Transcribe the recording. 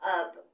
up